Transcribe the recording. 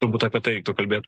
turbūt apie tai kalbėt